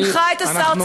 הוא הנחה את השר,